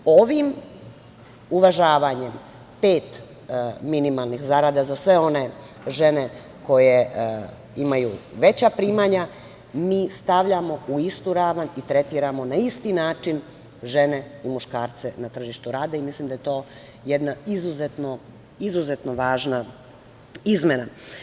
Ovim uvažavanjem pet minimalnih zarada za sve one žene koje imaju veća primanja mi stavljamo u istu ravan i tretiramo na isti način žene i muškarce na tržištu rada i mislim da je to jedna izuzetno važna izmena.